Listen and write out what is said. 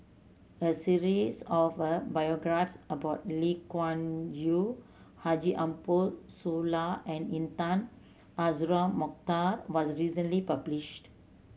a series of a biographies about Lee Wung Yew Haji Ambo Sooloh and Intan Azura Mokhtar was recently published